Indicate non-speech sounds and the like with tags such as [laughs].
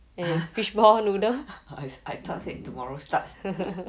!huh! [laughs] I thought say tomorrow start